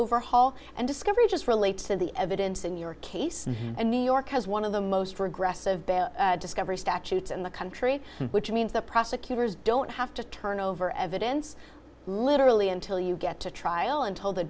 overhaul and discovery just relates to the evidence in your case and new york has one of the most progressive discovery statutes in the country which means that prosecutors don't have to turn over evidence literally until you get to trial and told the